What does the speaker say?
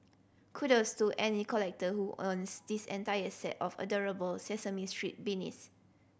kudos to any collector who owns this entire set of adorable Sesame Street beanies